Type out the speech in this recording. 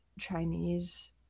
chinese